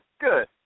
good